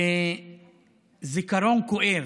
בזיכרון כואב,